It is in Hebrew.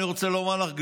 אני רוצה לומר לך,